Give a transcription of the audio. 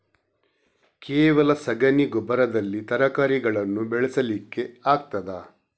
ಕೇವಲ ಸಗಣಿ ಗೊಬ್ಬರದಲ್ಲಿ ತರಕಾರಿಗಳನ್ನು ಬೆಳೆಸಲಿಕ್ಕೆ ಆಗ್ತದಾ?